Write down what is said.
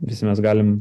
visi mes galim